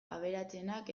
aberatsenak